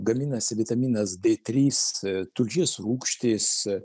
gaminasi vitaminas d trys tulžies rūgštys